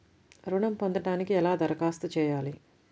ఋణం పొందటానికి ఎలా దరఖాస్తు చేయాలి?